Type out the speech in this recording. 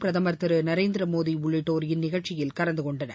பிரதமா் திரு நரேந்திர மோடி உள்ளிட்டோர் இந்த நிகழ்ச்சியில் கலந்துகொண்டனர்